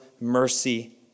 mercy